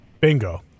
Bingo